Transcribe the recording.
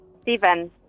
Stephen